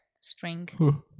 spring